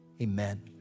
Amen